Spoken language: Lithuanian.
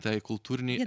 tai kultūrinei